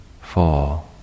four